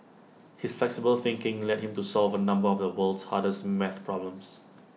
his flexible thinking led him to solve A number of the world's hardest math problems